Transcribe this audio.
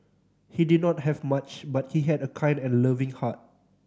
he did not have much but he had a kind and loving heart